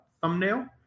thumbnail